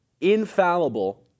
infallible